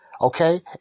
okay